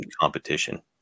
competition